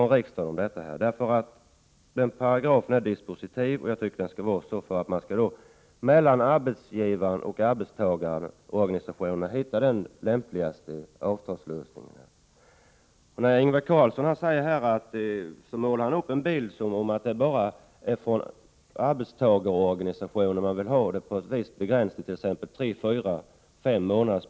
Den paragraf det gäller är nämligen dispositiv, och jag anser att den skall vara det så att arbetsgivarorganisationerna och arbetstagarorganisationerna kan hitta de lämpligaste avtalslösningarna. Ingvar Karlsson målar upp en bild som innebär att det bara är från arbetstagarorganisationerna som man vill ha en begränsad provanställningstid om t.ex. tre, fyra eller fem månader.